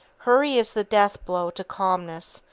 hurry is the deathblow to calmness,